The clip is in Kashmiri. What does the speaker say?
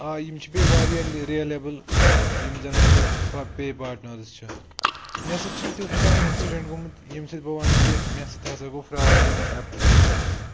آ یِم چھِ بیٚیہِ واریاہ رِیلایبُل یِم زَن مَطلب پیٚے پارٹنٲرٕس چھِ مےٚ سٍتۍ چھُنہٕ تؠُتھ کانٛہہ اِنسیٖڈنٛٹ گوٚمُت ییٚمہِ سٟتۍ بہٕ وَنہٕ کہِ مےٚ سٟتۍ ہسا گوٚو فرٛاڈ یِمو اؠپلِکیشنو سٟتۍ